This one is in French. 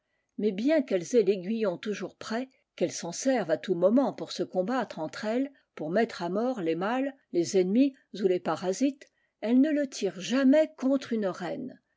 mais bien qu'elles aient l'aiguillon toujours prêt qu'elles s'en servent à tout moment pour se combattre entre elles pour mettre à mort les mâles les ennemis ou les parasites elles ne le tirent jamais contre une reine